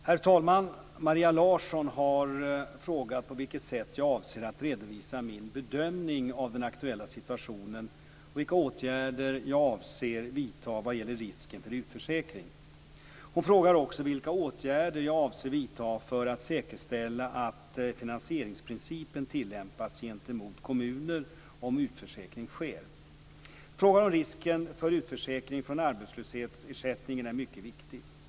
Herr talman! Maria Larsson har frågat på vilket sätt jag avser att redovisa min bedömning av den aktuella situationen och vilka åtgärder jag avser vidta vad gäller risken för utförsäkring. Hon frågar också vilka åtgärder jag avser vidta för att säkerställa att finanisieringsprincipen tillämpas gentemot kommuner om utförsäkring sker. Frågan om risken för utförsäkring från arbetslöshetsersättningen är mycket viktig.